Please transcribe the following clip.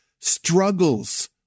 struggles